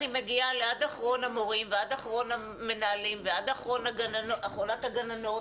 היא מגיעה עד לאחרון המורים ועד לאחרון המנהלים ועד לאחרונת הגננות.